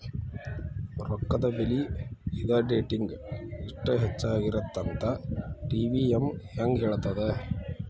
ರೊಕ್ಕದ ಬೆಲಿ ಇದ ಡೇಟಿಂಗಿ ಇಷ್ಟ ಹೆಚ್ಚಾಗಿರತ್ತಂತ ಟಿ.ವಿ.ಎಂ ಹೆಂಗ ಹೇಳ್ತದ